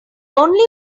only